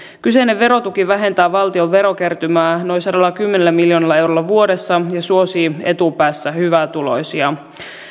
kyseinen verotuki vähentää valtion verokertymää noin sadallakymmenellä miljoonalla eurolla vuodessa ja suosii etupäässä hyvätuloisia